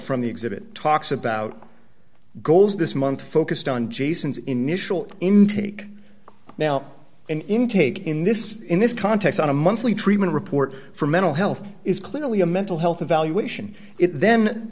from the exhibit talks about goals this month focused on jason's initial intake now and intake in this in this context on a monthly treatment report for mental health is clearly a mental health evaluation it then